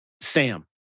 Sam